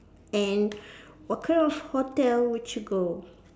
and what kind of hotel would you go